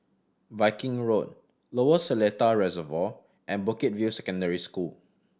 Viking Road Lower Seletar Reservoir and Bukit View Secondary School